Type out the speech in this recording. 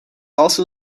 also